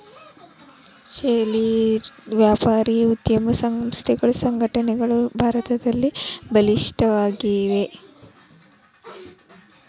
ಚಿಲ್ಲರೆ ವ್ಯಾಪಾರ ಉದ್ಯಮ ಸಂಸ್ಥೆಗಳು ಸಂಘಟನೆಗಳು ಭಾರತದಲ್ಲಿ ಬಲಿಷ್ಠವಾಗಿವೆ